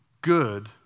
good